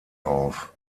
auf